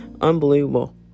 Unbelievable